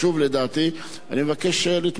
אני מבקש לתמוך בהצעת החוק הזאת.